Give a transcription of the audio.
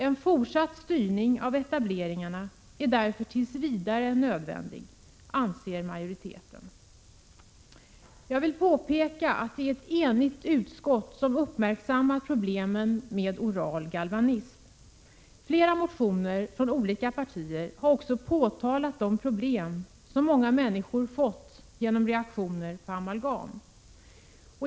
En fortsatt styrning av etableringarna är därför tills vidare nödvändig, anser majoriteten. Jag vill påpeka att det är ett enigt utskott som uppmärksammat problemen med oral galvanism. Flera motioner från olika partier har också påtalat de problem som unga människor fått genom reaktioner på amalgam.